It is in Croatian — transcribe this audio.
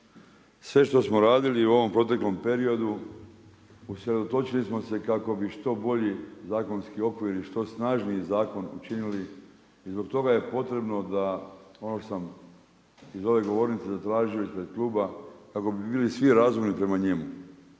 sve što smo radili u ovom proteklom periodu, usredotočili smo se kako bi što bolji zakonski okvir i što snažniji zakon učinili, zbog toga je potrebno da, ovo što sam iz ove govornice zatražio ispred kluba, kako bi bili svi razumni prema njemu.